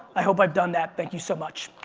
i hope i've done that. thank you so much.